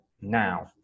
now